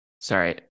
sorry